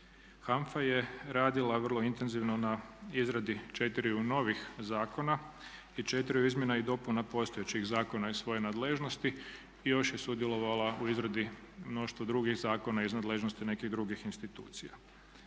HANFA je radila vrlo intenzivno na izradi četiriju novih zakona i četiri izmjena i dopuna postojećih zakona iz svoje nadležnosti. Još je sudjelovala u izradi mnoštva drugih zakona iz nadležnosti nekih drugih institucija.